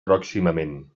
pròximament